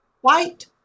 white